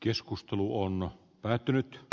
keskustelu on päättynyt